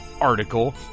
article